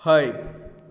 हय